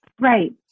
Right